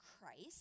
Christ